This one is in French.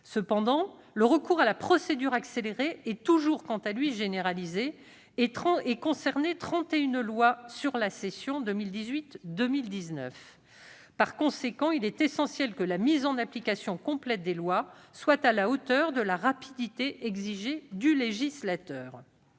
Cependant, le recours à la procédure accélérée est toujours généralisé et concernait 31 lois sur la session 2018-2019. Par conséquent, il est essentiel que la mise en application complète des lois soit à la hauteur de la rapidité exigée du législateur.